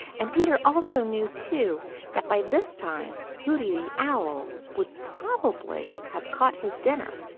and peter also knew too that by this time hooty the owl would probably have caught his dinner.